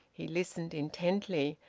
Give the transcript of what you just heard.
he listened intently,